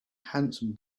handsome